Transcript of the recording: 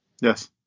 Yes